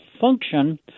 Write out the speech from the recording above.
function